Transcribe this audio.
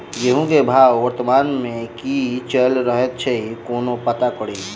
गेंहूँ केँ भाव वर्तमान मे की चैल रहल छै कोना पत्ता कड़ी?